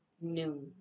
noon